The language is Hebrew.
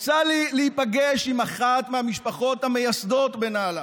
יצא לי להיפגש עם אחת המשפחות המייסדות בנהלל.